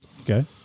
Okay